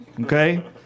Okay